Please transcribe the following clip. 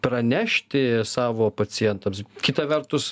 pranešti savo pacientams kita vertus